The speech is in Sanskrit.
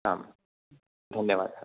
आम् धन्यवादः